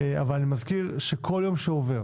אך אני מזכיר, שכל יום שעובר